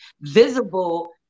visible